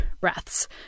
breaths